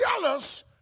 jealous